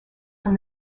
from